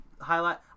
highlight